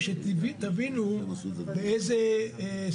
מאלה: